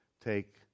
take